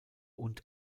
und